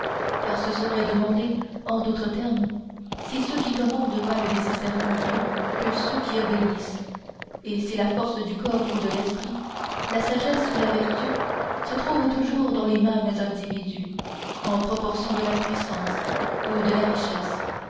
car ce serait demander en d'autres termes si ceux qui commandent valent nécessairement mieux que ceux qui obéissent et si la force du corps ou de l'esprit la sagesse ou la vertu se trouvent toujours dans les mêmes individus en proportion de la puissance ou de la richesse